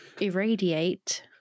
irradiate